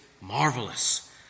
marvelous